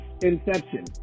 Inception